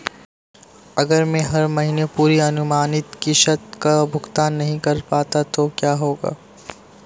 अगर मैं हर महीने पूरी अनुमानित किश्त का भुगतान नहीं कर पाता तो क्या होगा?